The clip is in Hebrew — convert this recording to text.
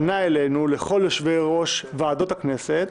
פנה אלינו, לכל יושבי-ראש ועדות הכנסת,